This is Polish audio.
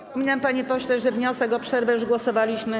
Przypominam, panie pośle, że wniosek o przerwę już przegłosowaliśmy.